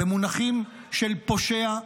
במונחים של פושע,